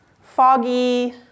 foggy